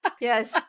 Yes